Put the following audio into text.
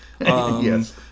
Yes